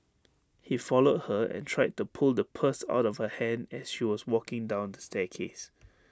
he followed her and tried to pull the purse out of her hand as she was walking down the staircase